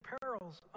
perils